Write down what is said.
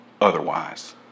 otherwise